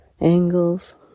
angles